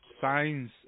Signs